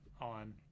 on